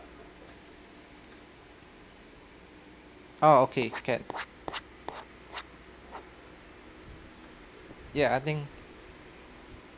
oh okay can ya I think